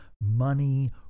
money